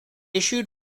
issued